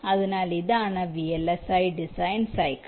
അതിനാൽ ഇതാണ് VLSI design cycle